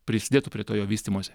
prisidėtų prie to jo vystymosi